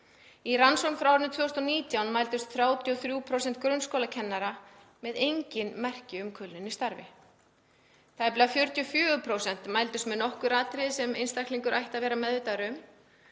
Í rannsókn frá árinu 2019 mældust 33% grunnskólakennara með engin merki um kulnun í starfi, tæplega 44% mældust með nokkur atriði sem einstaklingur ætti að vera meðvitaður um,